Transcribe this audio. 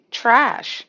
trash